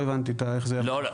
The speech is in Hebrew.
לא הבנתי את הפרוצדורה.